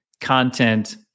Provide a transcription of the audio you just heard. content